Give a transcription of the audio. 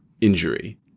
injury